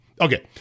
Okay